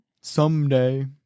someday